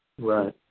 Right